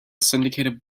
syndicated